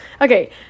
Okay